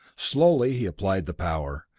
slowly he applied the power,